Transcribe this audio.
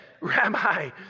Rabbi